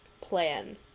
plan